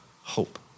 hope